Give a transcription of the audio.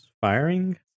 firing